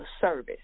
service